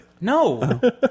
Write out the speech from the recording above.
No